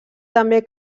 també